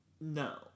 No